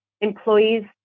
employees